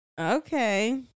Okay